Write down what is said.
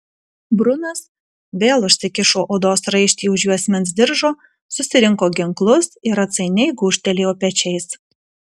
brunas vėl užsikišo odos raištį už juosmens diržo susirinko ginklus ir atsainiai gūžtelėjo pečiais